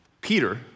Peter